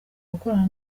gukorana